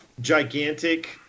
gigantic